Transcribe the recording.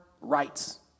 rights